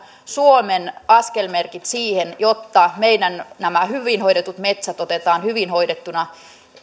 suomen askelmerkit siihen jotta nämä meidän hyvin hoidetut metsät otetaan hyvin hoidettuina